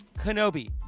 Kenobi